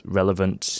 relevant